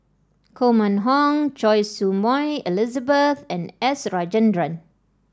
Koh Mun Hong Choy Su Moi Elizabeth and S Rajendran